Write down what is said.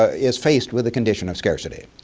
is faced with the condition of scarcity.